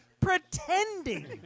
pretending